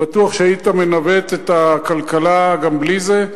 בטוח שהיית מנווט את הכלכלה גם בלי זה.